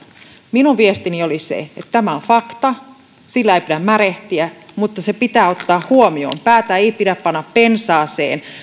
minun viestini oli se että tämä on fakta sillä ei pidä märehtiä mutta se pitää ottaa huomioon päätä ei pidä panna pensaaseen